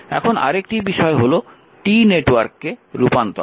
এখন আরেকটি বিষয় হল T নেটওয়ার্ককে রূপান্তর করা